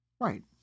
Right